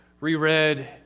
reread